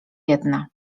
jedna